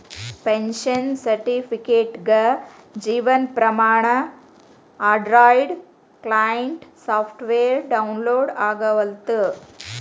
pension ಸರ್ಟಿಫಿಕೇಟ್ಗೆ Jeevan Pramaan Android client software download ಆಗವಲ್ತು